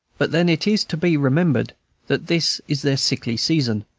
but then it is to be remembered that this is their sickly season,